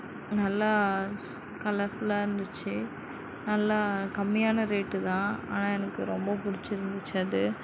நல்லா கலர்ஃபுல்லாக இருந்துச்சு நல்லா கம்மியான ரேட்டுதான் ஆனால் எனக்கு ரொம்ப பிடிச்சிருந்துச்சி அது